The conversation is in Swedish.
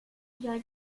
jag